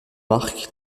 marque